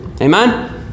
Amen